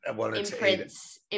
imprints